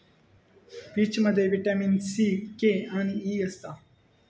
पीचमध्ये vitamin C, K आणि E असता